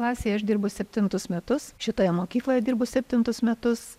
klasėj aš dirbu septintus metus šitoje mokykloje dirbu septintus metus